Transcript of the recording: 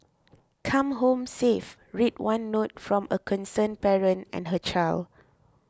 come home safe read one note from a concerned parent and her child